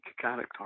character